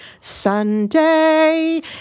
Sunday